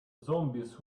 zombies